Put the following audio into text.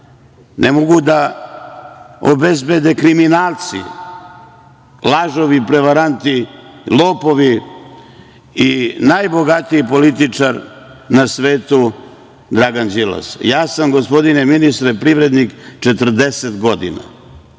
ne mogu da obezbede kriminalci, lažovi, prevaranti, lopovi i najbogatiji političar na svetu Dragan Đilas. Ja sam, gospodine ministre, privrednik 40 godina